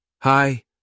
Hi